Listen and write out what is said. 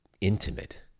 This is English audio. intimate